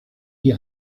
die